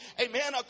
Amen